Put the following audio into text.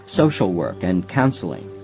social work and counselling.